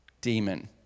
demon